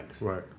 Right